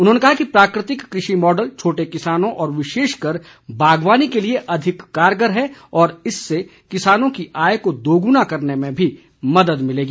उन्होंने कहा कि प्राकृतिक कृषि मॉडल छोटे किसानों और विशेषकर बागवानी के लिए अधिक कारगर है और इससे किसानों की आय को दोगुना करने में भी मदद मिलेगी